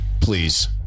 please